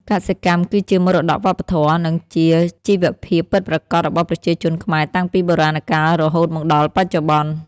កសិកម្មគឺជាមរតកវប្បធម៌ និងជាជីវភាពពិតប្រាកដរបស់ប្រជាជនខ្មែរតាំងពីបុរាណកាលរហូតមកដល់បច្ចុប្បន្ន។